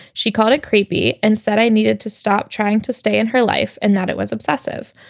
she called it creepy and said i needed to stop trying to stay in her life and that it was obsessive.